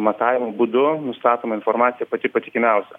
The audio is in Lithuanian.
matavimo būdu nustatoma informacija pati patikimiausia